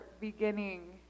beginning